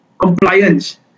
compliance